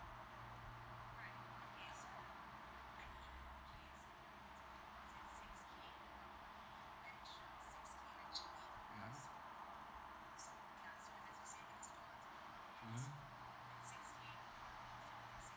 mmhmm mmhmm